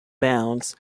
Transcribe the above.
bounds